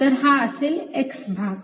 तर हा असेल x भाग